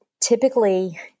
typically